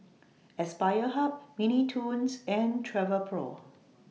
Aspire Hub Mini Toons and Travelpro